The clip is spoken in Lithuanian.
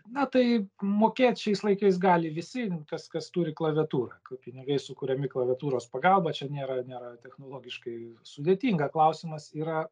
na tai mokėt šiais laikais gali visi kas kas turi klaviatūrą kai pinigai sukuriami klaviatūros pagalba čia nėra nėra technologiškai sudėtinga klausimas yra